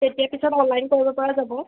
তেতিয়া পিছত অনলাইন কৰিব পৰা যাব